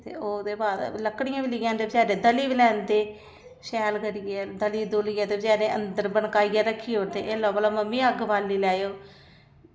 ते ओह्दे बाद लकड़ियां बी लेई औंदे बचैरे द'ली बी लैंदे शैल करियै ते दली दुलियै ते बचैरे अंदर बनकाइयै रक्खी ओड़दे एह् लाओ भला मम्मी अग्ग बाल्ली लैओ